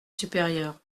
supérieur